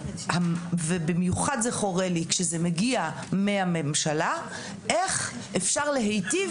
ובמיוחד זה חורה לי כשזה מגיע מהממשלה איך אפשר להיטיב